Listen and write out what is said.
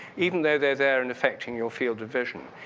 even though they're there and affecting your field of vision.